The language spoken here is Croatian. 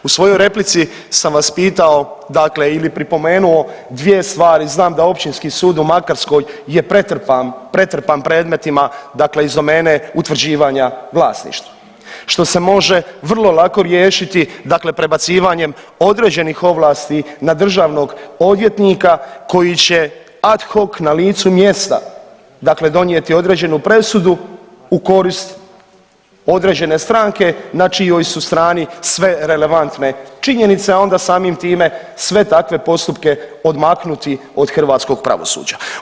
U svojoj replici sam vas pitao dakle ili pripomenuo dvije stvari, znam da Općinski sud u Makarskoj je pretrpan, pretrpan predmetima dakle iz domene utvrđivanja vlasništva, što se može vrlo lako riješiti dakle prebacivanjem određenih ovlasti na državnog odvjetnika koji će ad hoc na licu mjesta dakle donijeti određenu presudu u korist određene stranke na čijoj su strani sve relevantne činjenice, a onda samim time sve takve postupke odmaknuti od hrvatskog pravosuđa.